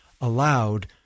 allowed